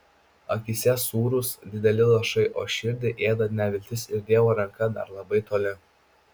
akyse sūrūs dideli lašai o širdį ėda neviltis ir dievo ranka dar labai toli